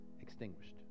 extinguished